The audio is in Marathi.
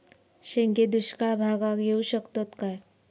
शेंगे दुष्काळ भागाक येऊ शकतत काय?